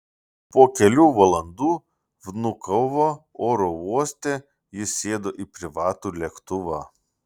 po kelių valandų vnukovo oro uoste jis sėdo į privatų lėktuvą